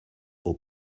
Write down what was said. aux